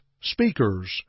speakers